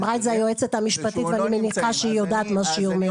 אמרה את זה היועצת המשפטית ואני מניחה שהיא יודעת מה שהיא אומרת.